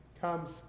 comes